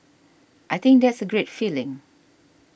I think that's a great feeling